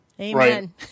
Amen